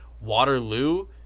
Waterloo